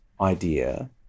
idea